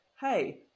hey